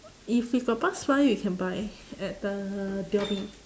if you got pass by you can buy at the dhoby